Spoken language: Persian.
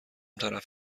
طرف